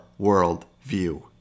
worldview